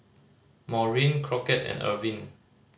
Maureen Crockett and Irving